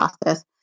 process